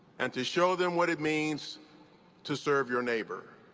and to show them what it means to serve your neighbor.